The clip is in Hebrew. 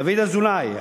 דוד אזולאי,